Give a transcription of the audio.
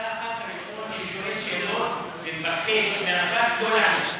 אתה הח"כ הראשון ששואל שאלות ומבקש מהח"כ לא לענות לך.